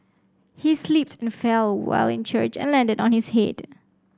he slipped and fell while in church and landed on his head